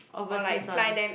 overseas [one]